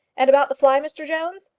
and about the fly, mr jones?